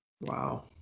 wow